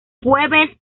jueves